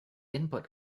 input